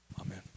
amen